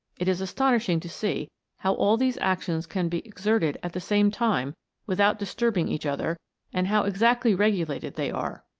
it is astonishing to see how all these actions can be exerted at the same time without disturbing each other and how exactly regulated they are.